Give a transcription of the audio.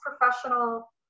professional